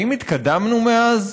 האם התקדמנו מאז?